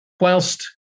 whilst